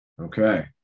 Okay